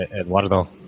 Eduardo